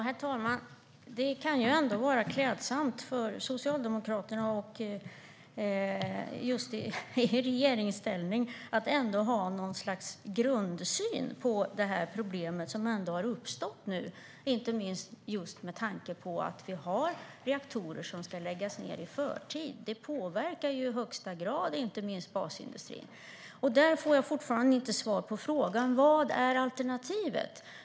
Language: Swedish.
Herr talman! Det kan vara klädsamt för Socialdemokraterna i regeringsställning att ändå ha något slags grundsyn på problemet som nu har uppstått, inte minst med tanke på att det finns reaktorer som ska läggas ned i förtid. Det påverkar i högsta grad basindustrin. Där får jag fortfarande inte svar på frågan. Vad är alternativet?